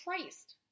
Christ